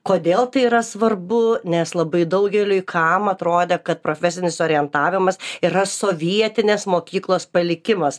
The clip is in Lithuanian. kodėl tai yra svarbu nes labai daugeliui kam atrodė kad profesinis orientavimas yra sovietinės mokyklos palikimas